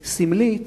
סמלית.